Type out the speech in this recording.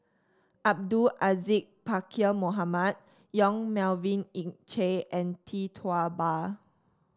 Abdul Aziz Pakkeer Mohamed Yong Melvin Yik Chye and Tee Tua Ba